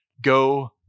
go